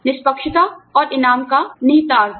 निष्पक्षता और इनाम का निहितार्थ